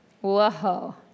Whoa